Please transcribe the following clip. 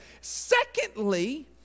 Secondly